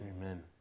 Amen